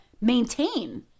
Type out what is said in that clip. maintain